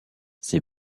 ces